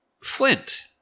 Flint